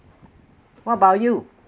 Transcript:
what about you